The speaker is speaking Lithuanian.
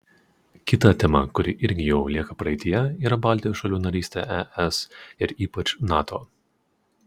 kita tema kuri irgi jau lieka praeityje yra baltijos šalių narystė es ir ypač nato